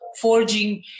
forging